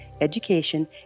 education